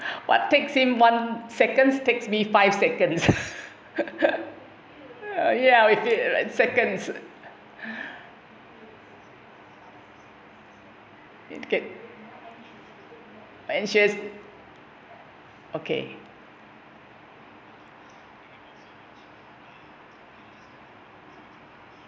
what takes him one seconds takes me five seconds ya we fear seconds